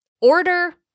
Order